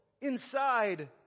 Inside